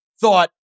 thought